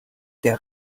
der